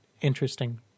interesting